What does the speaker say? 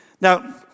Now